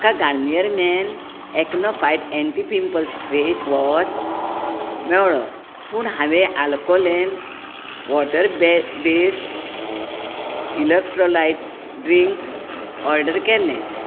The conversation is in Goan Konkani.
म्हाका Garnier men acno fight anti pimple face wash मेळ्ळो पूण हांवें alkaline water based electrolyte drink order केल्लें